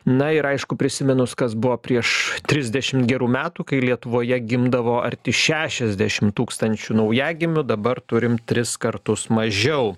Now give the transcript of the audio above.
na ir aišku prisiminus kas buvo prieš trisdešim gerų metų kai lietuvoje gimdavo arti šešiasdešim tūkstančių naujagimių dabar turim tris kartus mažiau